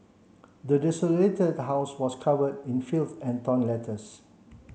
the desolated house was covered in filth and torn letters